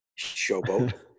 Showboat